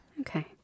Okay